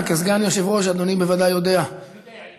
כסגן יושב-ראש אדוני בוודאי יודע, יודע, יודע.